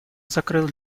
закрыл